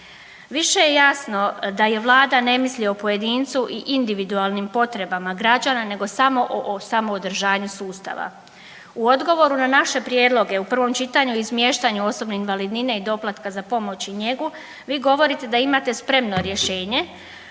Više je jasno da Vlada ne misli o pojedincu i individualnim potrebama građana, nego samo o održanju sustava. U odgovoru na naše prijedloge u prvom čitanju o izmiještanju osobne invalidnine i doplatka za pomoć i njegu vi govorite da imate spremno rješenje